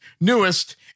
newest